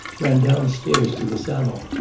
ran downstairs to the salon.